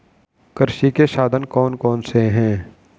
कृषि के साधन कौन कौन से हैं?